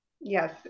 Yes